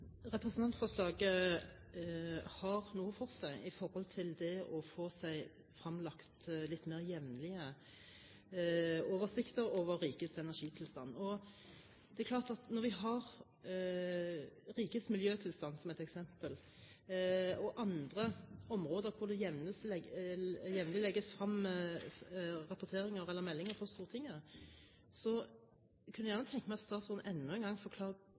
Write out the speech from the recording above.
Representantforslaget har noe for seg når det gjelder å få seg fremlagt litt mer jevnlige oversikter over rikets energitilstand. Når vi har rikets miljøtilstand som et eksempel, og andre områder hvor det jevnlig legges frem rapporteringer eller meldinger for Stortinget, kunne jeg gjerne tenke meg at statsråden enda en gang